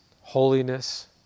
holiness